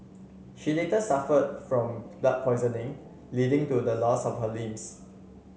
she later suffered from blood poisoning leading to the loss of her limbs